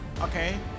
Okay